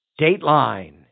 Dateline